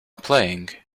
playing